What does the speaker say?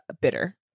bitter